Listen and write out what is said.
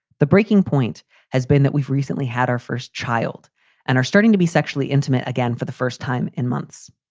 the breaking point has been that we've recently had our first child and are starting to be sexually intimate again for the first time in months.